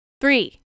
Three